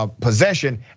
possession